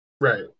Right